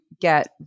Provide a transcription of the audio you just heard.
get